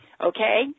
okay